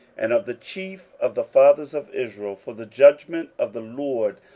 and of the chief of the fathers of israel, for the judgment of the lord,